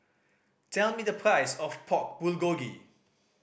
tell me the price of Pork Bulgogi